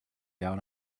down